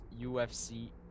ufc